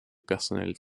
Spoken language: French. personnels